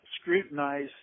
scrutinize